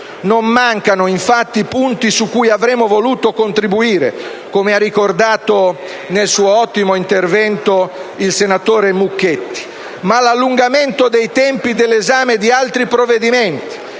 Non mancano, infatti, punti su cui avremmo voluto dare un contributo, come ha ricordato nel suo ottimo intervento il senatore Mucchetti, ma l'allungamento dei tempi dell'esame di altri provvedimenti,